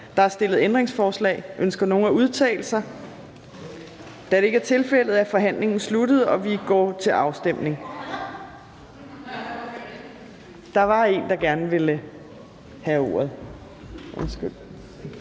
Der er stillet ændringsforslag. Ønsker nogen at udtale sig? Da det ikke er tilfældet, er forhandlingen sluttet, og vi går til afstemning. Kl. 15:44 Afstemning Fjerde